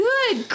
Good